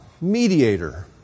mediator